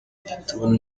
igituntu